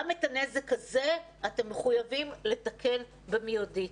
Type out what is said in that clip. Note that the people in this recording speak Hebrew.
גם את הנזק הזה אתם מחויבים לתקן במידית.